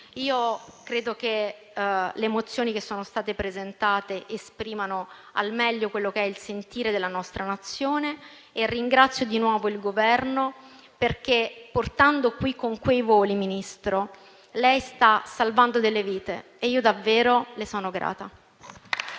Io credo che le mozioni che sono state presentate esprimano al meglio il sentire della nostra Nazione e ringrazio di nuovo il Governo, perché portando qui le persone con quei voli, Ministro, lei sta salvando delle vite e io davvero le sono grata.